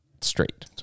straight